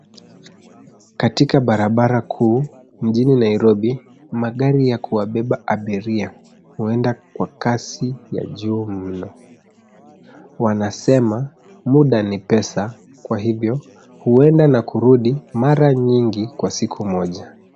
Katika barabara kuu mjini Nairobi, magari ya kuwabeba abiria huenda kwa ,kasi ya juu mno. Wanasema muda ni pesa kwa hivyo, huenda na kurudi mara nyingi kwa siku moja.